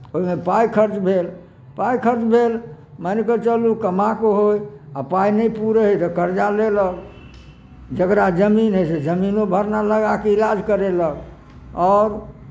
ओहिमे पाइ खर्च भेल पाइ खर्च भेल मानि कऽ चलू कमा कऽ होय आ पाइ नहि पुरै हइ तऽ कर्जा लेलक जकरा जमीन हइ से जमीनो भरना लगा कऽ इलाज करेलक आओर